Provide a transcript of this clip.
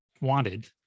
wanted